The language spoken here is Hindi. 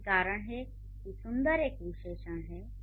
यही कारण है कि सुंदर एक विशेषण है